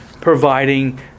providing